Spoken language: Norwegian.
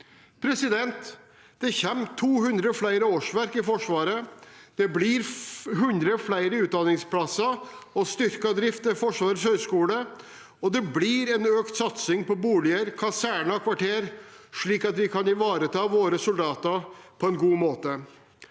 i nord. Det kommer 200 flere årsverk i Forsvaret. Det blir 100 flere utdanningsplasser og styrket drift ved Forsvarets høgskole. Det blir en økt satsing på boliger, kaserner og kvarter, slik at vi kan ivareta våre soldater på en god måte.